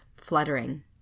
fluttering